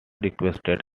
requested